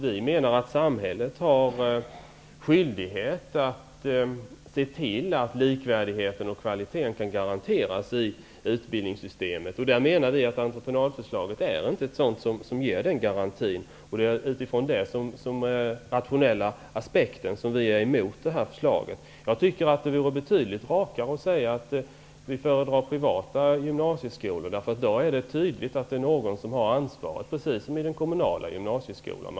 Vi menar att samhället har skyldighet att se till att likvärdigheten och kvaliteten kan garanteras i utbildningssystemet. Vi menar att entreprenadförslaget inte ger den garantin. Det är utifrån den rationella aspekten som vi är emot det här förslaget. Jag tycker att det vore betydligt rakare att säga att ni föredrar privata gymnasieskolor. Då är det tydligt att det är någon som har ansvaret, precis som i den kommunala gymnasieskolan.